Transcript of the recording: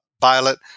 Violet